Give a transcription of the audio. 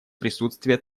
присутствие